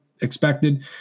expected